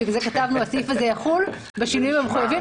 בגלל זה כתבנו: הסעיף הזה יחול בשינויים המחויבים,